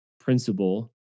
principle